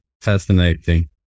fascinating